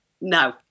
No